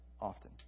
often